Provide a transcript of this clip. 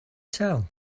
tell